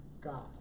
God